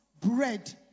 Bread